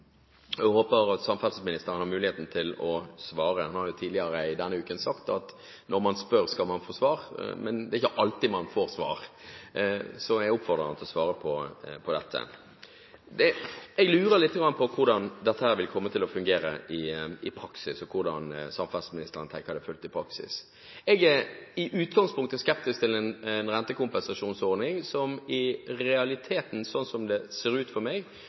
Jeg håper at samferdselsministeren har mulighet til å svare, han har jo tidligere denne uken sagt at når man spør, skal man få svar. Men det er ikke alltid man får svar, så jeg oppfordrer ham til å svare på dette. Jeg lurer litt på hvordan dette vil komme til å fungere i praksis, og hvordan samferdselsministeren tenker det vil fungere i praksis. Jeg er i utgangspunktet skeptisk til en rentekompensasjonsordning som i realiteten, slik som det ser ut for meg,